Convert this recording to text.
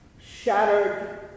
shattered